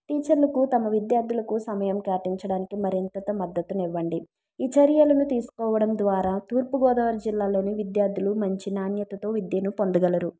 టీచర్లకు తమ విద్యార్థులకు సమయం కేటాయించడానికి మరింత మద్దతును ఇవ్వండి ఈ చర్యలను తీసుకోవడం ద్వారా తూర్పుగోదావరి జిల్లాలోని విద్యార్థులు మంచి నాణ్యతతో విద్యను పొందగలరు